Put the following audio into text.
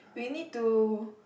we need to